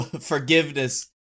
forgiveness